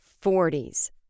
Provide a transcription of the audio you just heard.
Forties